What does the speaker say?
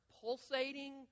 pulsating